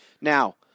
Now